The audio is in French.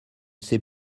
sait